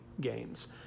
gains